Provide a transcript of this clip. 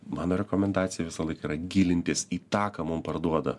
mano rekomendacija visą laiką yra gilintis į tą ką mum parduoda